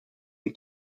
les